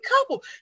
couple